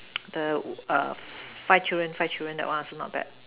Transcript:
the err five children five children that one also not bad